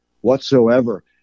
whatsoever